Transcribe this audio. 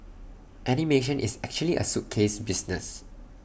animation is actually A suitcase business